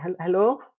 hello